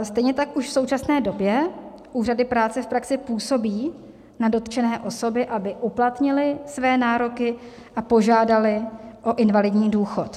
Stejně tak už v současné době úřady práce v praxi působí na dotčené osoby, aby uplatnily své nároky a požádaly o invalidní důchod.